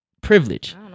privilege